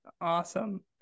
Awesome